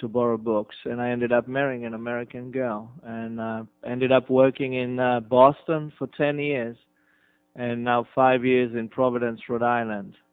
to borrow books and i ended up marrying an american girl and ended up working in boston for ten years and now five years in providence rhode island